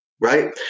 right